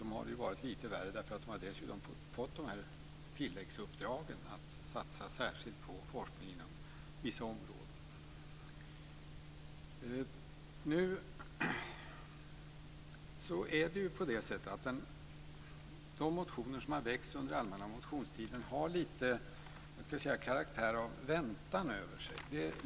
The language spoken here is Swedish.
Det har dessutom varit lite värre eftersom man har fått tilläggsuppdrag att satsa särskilt på forskning inom vissa områden. De motioner som har väckts under den allmänna motionstiden har lite karaktär av väntan över sig.